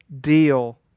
deal